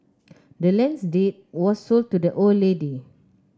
the land's deed was sold to the old lady